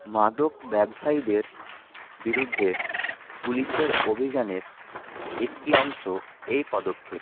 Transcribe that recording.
মাদক ব্যবসায়ীদের বিরুদ্ধে পুলিশের অভিযানের একটি অংশ এই পদক্ষেপ